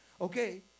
Okay